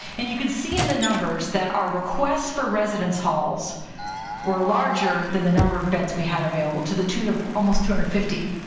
and you can see in the numbers that our requests for residence halls were larger than the number of beds we had available, to the tune of almost two hundred and fifty.